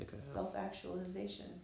Self-actualization